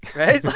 right?